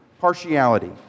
Partiality